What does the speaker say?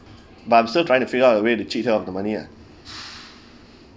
but I'm still trying to figure out a way to cheat her of the money ah